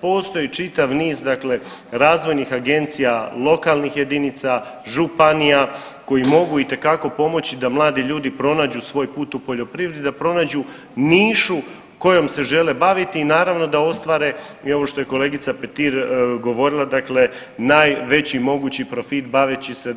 Postoji čitav niz razvojnih agencija, lokalnih jedinica, županija koji mogu itekako pomoći da mladi ljudi pronađu svoj put u poljoprivredi da pronađu nišu kojom se žele baviti i naravno da ostvare i ovo što je kolegica Petir govorila, dakle najveći mogući profit baveći se